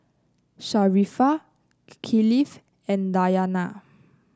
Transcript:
Sharifah Kifli and Dayana